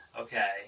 okay